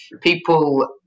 people